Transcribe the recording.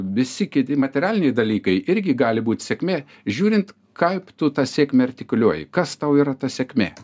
visi kiti materialiniai dalykai irgi gali būt sėkmė žiūrint kaip tu tą sėkmę artikuliuoji kas tau yra ta sėkmė